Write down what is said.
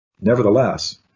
Nevertheless